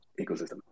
ecosystem